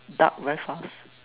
dark very fast